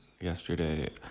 yesterday